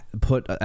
put